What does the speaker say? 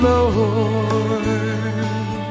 Lord